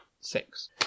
six